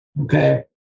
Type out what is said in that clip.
okay